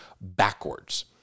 backwards